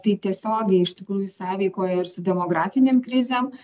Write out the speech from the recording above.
tai tiesiogiai iš tikrųjų sąveikoja ir su demografinėm krizėm